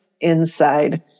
inside